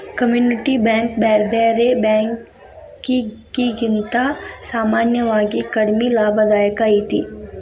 community bank ಬ್ಯಾರೆ ಬ್ಯಾರೆ ಬ್ಯಾಂಕಿಕಿಗಿಂತಾ ಸಾಮಾನ್ಯವಾಗಿ ಕಡಿಮಿ ಲಾಭದಾಯಕ ಐತಿ